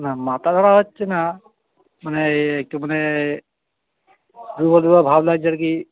না মাথা ধরা হচ্ছে না মানে একটু মানে দুর্বল দুর্বল ভাব লাগছে আর কি